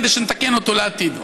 כדי שנתקן אותו לעתיד.